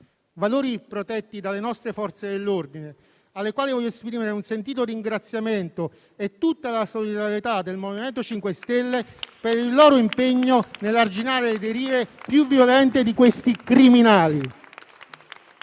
valori protetti dalle nostre Forze dell'ordine, alle quali voglio esprimere un sentito ringraziamento e tutta la solidarietà del MoVimento 5 Stelle per il loro impegno nell'arginare le derive più violente di questi criminali.